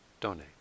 donate